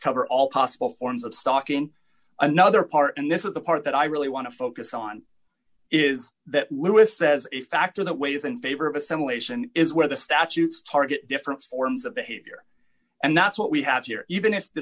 cover all possible forms of stock in another part and this is the part that i really want to focus on is that lewis says a factor that weighs in favor of assimilation is where the statutes target different forms of behavior and that's what we have here even if the